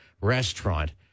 restaurant